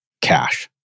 cash